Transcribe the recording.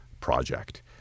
project